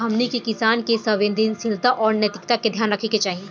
हमनी के किसान के संवेदनशीलता आउर नैतिकता के ध्यान रखे के चाही